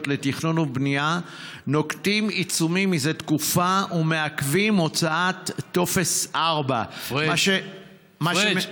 לתכנון ובנייה נוקטים עיצומים זה תקופה ומעכבים הוצאת טופס 4. פריג',